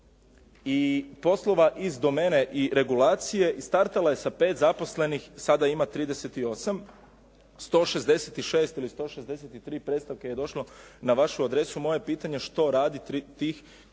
i poslova iz domene i regulacije, startala je sa 5 zaposlenih, sada ima 38, 166 ili 163 predstavke je došlo na vašu adresu. Moje pitanje što radi tih 38 zaposlenih